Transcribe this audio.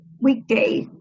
weekday